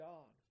God